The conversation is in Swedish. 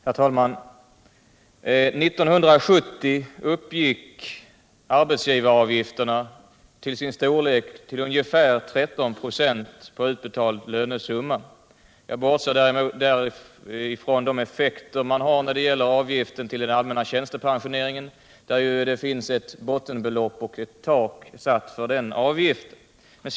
Herr talman! År 1970 uppgick arbetsgivaravgifterna till ungefär 13 96 — politiken m.m. på utbetald lönesumma. Härvid bortser jag från effekterna när det gäller avgiften till den allmänna tjänstepensioneringen, där det ju finns ett bottenbelopp och ett tak för avgiften.